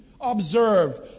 observe